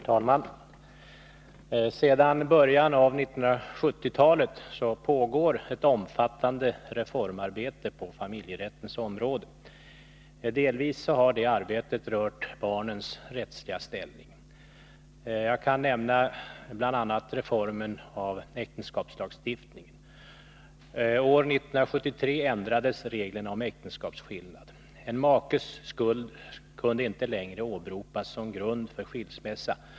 Herr talman! Sedan början av 1970-talet pågår ett omfattande reformarbete på familjerättens område. Delvis har det arbetet rört barnens rättsliga ställning. Jag kan nämna bl.a. reformen av äktenskapslagstiftningen. År 1973 ändrades reglerna om äktenskapsskillnad. En makes skuld kunde inte längre åberopas som grund för skilsmässa.